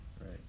right